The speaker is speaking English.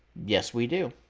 yes, we do.